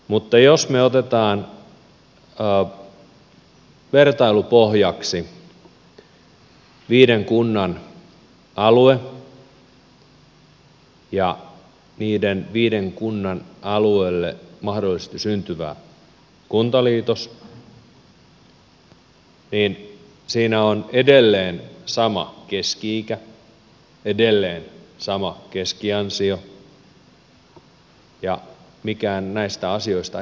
mutta jos me otamme vertailupohjaksi viiden kunnan alueen ja viiden kunnan alueelle mahdollisesti syntyvän kuntaliitoksen niin siinä on edelleen sama keski ikä edelleen sama keskiansio ja mikään näistä asioista ei muutu